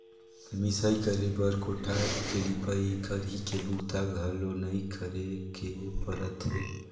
मिंसई करे बर कोठार के लिपई, खरही के बूता घलो नइ करे के परत हे